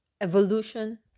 Evolution